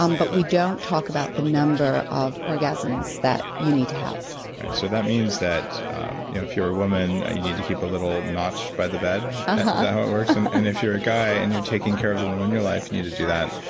um but we don't talk about the number of orgasms that you need to have so that means that you know if you're a woman, you need to keep a little notch by the bed, is that how it works? and and if you're a guy and you're taking care of the woman in your life you need to do that.